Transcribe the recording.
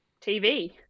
TV